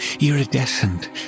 iridescent